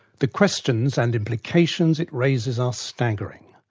the questions and implications it raises are staggering.